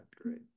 great